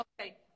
Okay